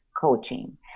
coaching